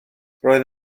roedd